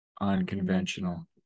unconventional